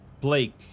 Blake